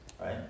Right